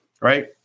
right